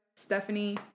Stephanie